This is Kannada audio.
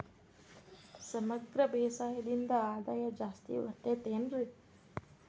ಸಮಗ್ರ ಬೇಸಾಯದಿಂದ ಆದಾಯ ಜಾಸ್ತಿ ಬರತೈತೇನ್ರಿ?